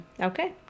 Okay